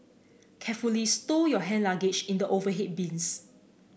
carefully stow your hand luggage in the overhead bins